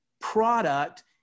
product